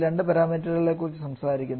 രണ്ട് പാരാമീറ്ററുകളെക്കുറിച്ച് സംസാരിക്കുന്നു